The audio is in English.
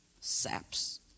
Saps